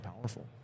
powerful